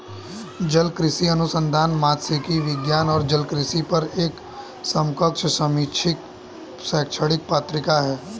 जलकृषि अनुसंधान मात्स्यिकी विज्ञान और जलकृषि पर एक समकक्ष समीक्षित शैक्षणिक पत्रिका है